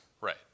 Right